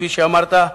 כפי שאמרת,